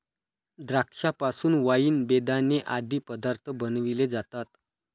द्राक्षा पासून वाईन, बेदाणे आदी पदार्थ बनविले जातात